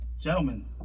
Gentlemen